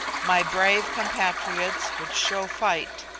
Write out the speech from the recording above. my brave compatriots would show fight,